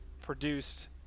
produced